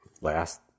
Last